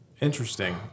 Interesting